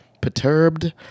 perturbed